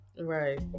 Right